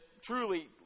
truly